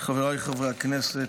חבריי חברי הכנסת.